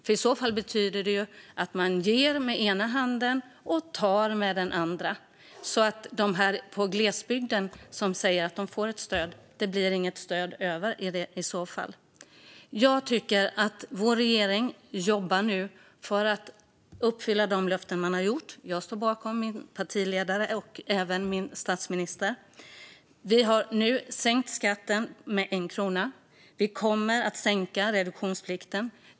Gör man det senare betyder det ju att man ger med ena handen och tar med den andra. Det sägs att boende i glesbygden får stöd, men det blir inget stöd över i så fall. Vår regering jobbar nu för att uppfylla de löften man gett. Jag står bakom min partiledare och min statsminister. Vi har sänkt skatten med 1 krona. Vi kommer att sänka reduktionsplikten.